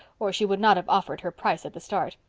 or she would not have offered her price at the start.